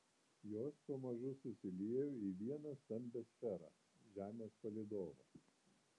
jos pamažu susiliejo į vieną stambią sferą žemės palydovą